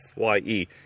fye